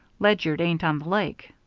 ledyard ain't on the lake.